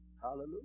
Hallelujah